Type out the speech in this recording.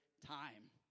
time